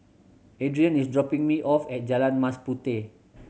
Adrien is dropping me off at Jalan Mas Puteh